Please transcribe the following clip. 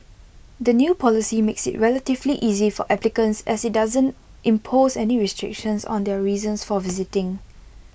the new policy makes IT relatively easy for applicants as IT doesn't impose any restrictions on their reasons for visiting